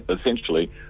essentially